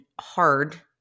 hard